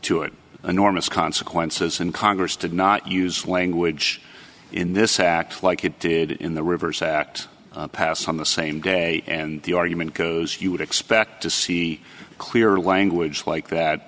to it enormous consequences and congress did not use language in this act like it did in the rivers act passed on the same day and the argument goes you would expect to see clear language like that